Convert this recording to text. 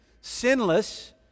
sinless